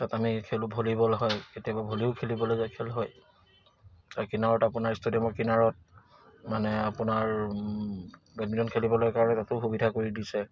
তাত আমি খেলোঁ ভলীবল হয় কেতিয়াবা ভলীও খেলিবলগীয়া খেল হয় তাৰ কিনাৰত আপোনাৰ ষ্টেডিয়ামৰ কিনাৰত মানে আপোনাৰ বেডমিণ্টন খেলিবলৈ কাৰণে তাতো সুবিধা কৰি দিছে